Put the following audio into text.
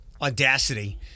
Audacity